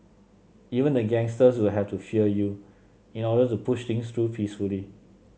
even the gangsters will have to fear you in order to push things through peacefully